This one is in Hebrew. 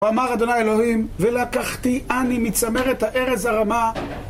אמר ה' אלוהים ולקחתי אני מצמרת הארץ הרמה